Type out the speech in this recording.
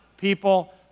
people